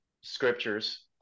scriptures